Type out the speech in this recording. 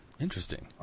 Interesting